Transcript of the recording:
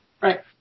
Right